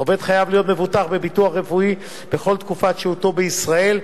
העובד חייב להיות מבוטח בביטוח רפואי בכל תקופת שהותו בישראל,